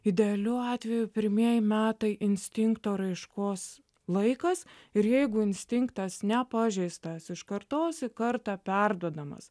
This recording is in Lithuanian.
idealiu atveju pirmieji metai instinkto raiškos laikas ir jeigu instinktas nepažeistas iš kartos į kartą perduodamas